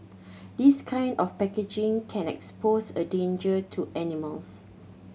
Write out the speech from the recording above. this kind of packaging can expose a danger to animals